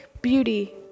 beauty